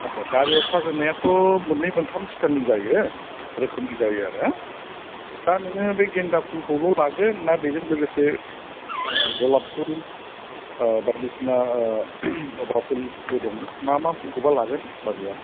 आदसा गारियाव साजायनायाथ' मोननै मोनथाम सिथाइलनि जायो रोखोमनि जायो आरो हो दा नोङो बे गेन्दा पुलखौल' लागोन ना बेजों लोगोसे गलाब फुल बायदिसिना जबा फुलबो दं मा मा फुलखौबा लागोन बाजैया